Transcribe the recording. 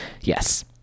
yes